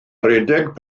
redeg